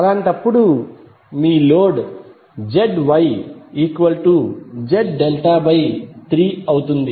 అలాంటప్పుడు మీ load ZYZ∆3 అవుతుంది